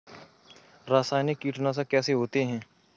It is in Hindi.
रासायनिक कीटनाशक कैसे होते हैं?